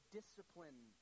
discipline